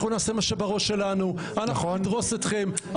אנחנו נעשה מה שבראש שלנו, אנחנו נדרוס אתכם.